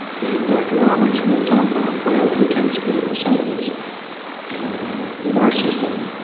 dr. roberts will talk about the biochemistry of the sediments and the marsh system.